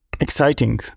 exciting